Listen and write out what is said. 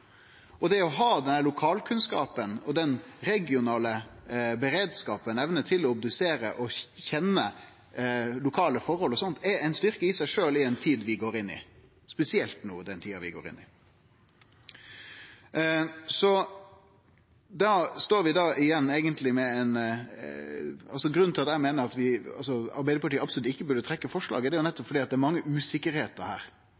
berre vil, utan å ha obduksjonar. Det å ha den lokalkunnskapen, den regionale beredskapen, evna til å obdusere og å kjenne lokale forhold er ein styrke i seg sjølv i den tida vi går inn i – spesielt no i den tida vi går inn i. Grunnen til at eg meiner at Arbeidarpartiet absolutt ikkje burde trekkje forslaget, er